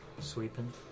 Sweeping